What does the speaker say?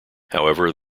however